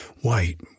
white